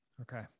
Okay